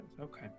Okay